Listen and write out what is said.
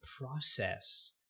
process